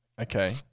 Okay